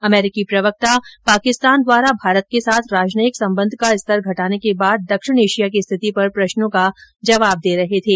अमरीकी प्रवक्ता पाकिस्तान द्वारा भारत के साथ राजनयिक संबंध का स्तर घटाने के बाद दक्षिण एशिया की स्थिति पर प्रश्नों का जवाब दे रहे थे